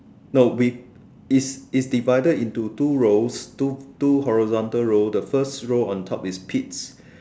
no we is divided into two rows two two horizontal row the first row on top is kids